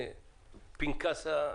בקיצור,